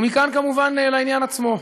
ומכאן, כמובן, לעניין עצמו.